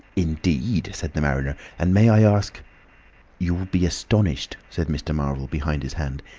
indeed! said the mariner. and may i ask you'll be astonished, said mr. marvel behind his hand.